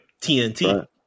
TNT